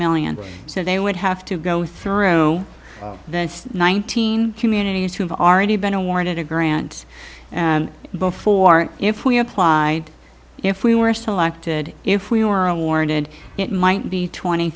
million so they would have to go through the nineteen communities who've already been awarded a grant and before if we applied if we were selected if we were awarded it might be twenty